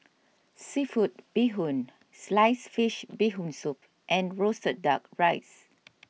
Seafood Bee Hoon Sliced Fish Bee Hoon Soup and Roasted Duck Rice